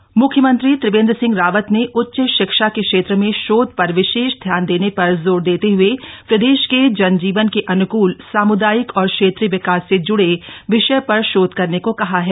CM उच्च शिक्षा मुख्यमंत्री त्रिवेन्द्र सिंह रावत ने उच्च शिक्षा के क्षेत्र में शोध पर विशेष ध्यान देने पर जोर देते हए प्रदेश के जनजीवन के अन्कूल सामुदायिक और क्षेत्रीय विकास से जुड़े विषय पर शोध करने को कहा है